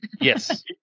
Yes